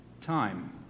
time